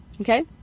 Okay